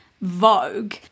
Vogue